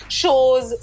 shows